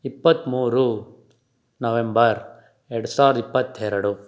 ಇಪ್ಪತ್ತ್ಮೂರು ನವೆಂಬರ್ ಎರಡು ಸಾವಿರದ ಇಪ್ಪತ್ತೆರಡು